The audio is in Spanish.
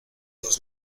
los